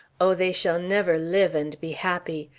oh, they shall never live and be happy!